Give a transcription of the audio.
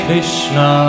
Krishna